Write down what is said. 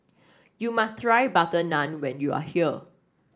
you must try butter naan when you are here